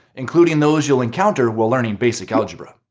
including those you'll encounter while learning basic algebra.